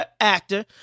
actor